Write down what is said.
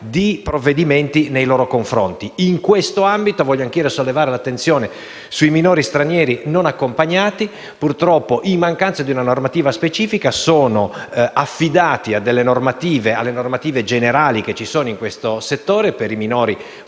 di provvedimenti? In questo ambito, voglio anch'io sollevare l'attenzione sui minori stranieri non accompagnati: purtroppo, in mancanza di una normativa specifica, sono affidati alle normative generali esistenti per questo settore, per i minori fuori